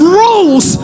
rules